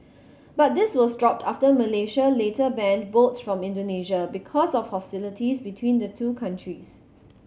but this was dropped after Malaysia later banned boats from Indonesia because of hostilities between the two countries